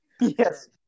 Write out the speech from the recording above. yes